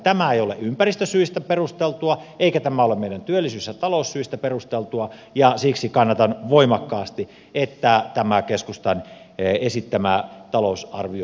tämä ei ole ympäristösyistä perusteltua eikä tämä ole työllisyys ja taloussyistä perusteltua ja siksi kannatan voimakkaasti että tämä keskustan esittämää talous arvio